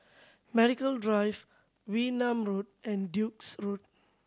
Medical Drive Wee Nam Road and Duke's Road